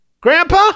Grandpa